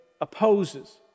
opposes